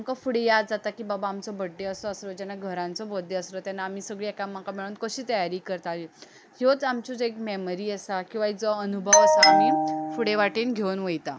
आमकां फुडें याद जाता की बाबा आमचो बर्थडे असो असो जेन्ना घरा आमचो बर्थडे आसलो तेन्ना आमी सगळीं एकामेकाक मेळोन कशीं तयारी करतालीं ह्योच आमच्यो ज्यो एक मॅमरी आसा किंवां एक जो अनुभव आसता न्ही तो फुडें वाटेन घेवून वयता